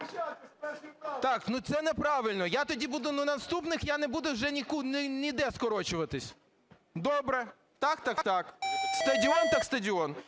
Так, ну, це неправильно. Я тоді буду, на наступних я не буду вже ніде скорочуватись. Добре, так, так – так. Стадіон - так стадіон.